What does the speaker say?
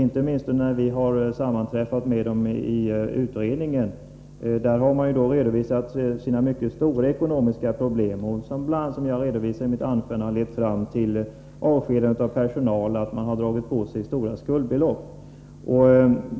När vi har sammanträffat med dem i utredningen har de redovisat sina mycket stora ekonomiska problem, vilka, som jag påtalade i mitt anförande, har lett fram till att man måst avskeda personal och ådra sig stora skuldbelopp.